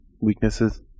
weaknesses